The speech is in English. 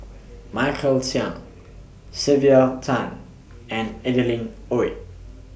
Michael Chiang Sylvia Tan and Adeline Ooi